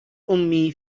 أمي